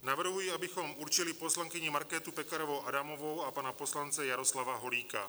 Navrhuji, abychom určili poslankyni Markétu Pekarovou Adamovou a pana poslance Jaroslava Holíka.